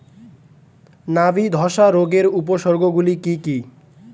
নাবি ধসা রোগের উপসর্গগুলি কি কি?